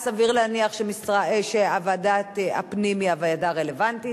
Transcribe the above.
אז סביר להניח שוועדת הפנים היא הוועדה הרלוונטית.